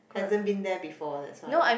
hasn't been there before that's why